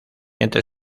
entre